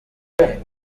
amakuru